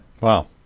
Wow